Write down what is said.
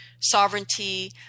sovereignty